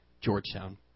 Georgetown